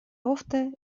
ofte